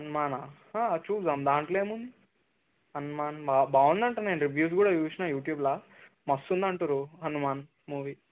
హనుమానా చూద్దాం దాంట్లో ఏముంది హనుమాన్ బాగా బాగుంది అంట నేను రివ్యూస్ కూడా చూసిన యూట్యూబ్లో మస్తు ఉంది అంటుర్రు హనుమాన్ మూవీ